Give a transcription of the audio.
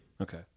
Okay